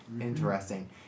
Interesting